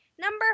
Number